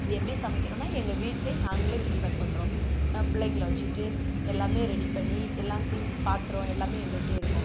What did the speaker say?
அது எப்படி சமைக்கிறோம்னா எங்கள் வீட்டில நாங்களே ப்ரிப்பேர் பண்ணுறோம் பிள்ளைங்களை வச்சிட்டு எல்லாமே ரெடி பண்ணி எல்லாம் திங்ஸ் பாத்ரம் எல்லாமே எங்கள்கிட்டே இருக்கும்